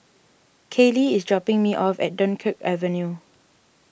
Kaylie is dropping me off at Dunkirk Avenue